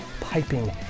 piping